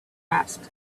asked